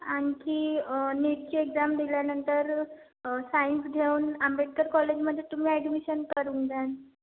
आणखी नीटची एक्झाम दिल्यानंतर सायन्स घेऊन आंबेडकर कॉलेजमध्ये तुम्ही ॲडमिशन करून घ्यान